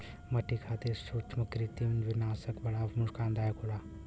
मट्टी खातिर सूत्रकृमिनाशक बड़ा नुकसानदायक होला